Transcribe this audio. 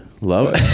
love